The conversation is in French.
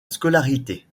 scolarité